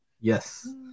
Yes